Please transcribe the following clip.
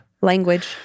language